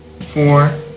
four